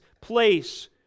place